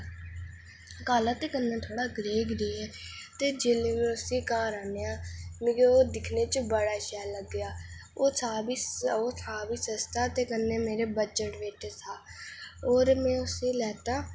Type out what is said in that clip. काला ते कलर थोह्ड़ा ग्रे ग्रे ऐ ते जेल्लै में उसी घर आह्नेआ ते मि्गी ओह् दिक्खने च बड़ा शैल लग्गेआ ते ओह् था बी सस्ता ते कन्नै मेरे बजट बिच था होर में उसी लैता